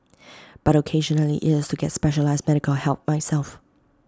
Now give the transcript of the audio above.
but occasionally IT is to get specialised medical help myself